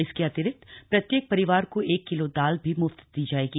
इसके अतिरिक्त प्रत्येक परिवार को एक किलो दाल भी म्फ्त दी जाएगी